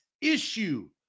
issue